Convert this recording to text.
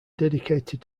dedicated